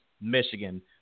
Michigan